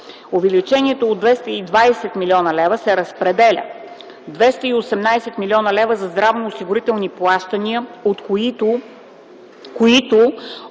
Увеличението от 220 млн. лв. се разпределя – 218,0 млн. лв. за здравноосигурителни плащания, които